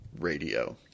radio